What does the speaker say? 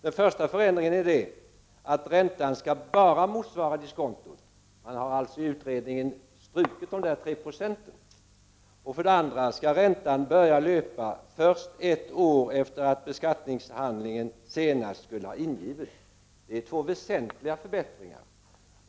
Den första förändringen är att räntan endast skall motsvara diskontot — man har i utredningens förslag strukit de tre procenten. Dessutom skall räntan börja löpa först ett år efter det att beskattningshandlingen senast skulle ha ingivits. Det är två väsentliga förbättringar.